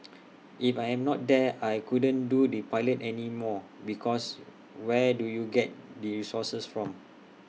if I am not there I couldn't do the pilot anymore because where do you get the resources from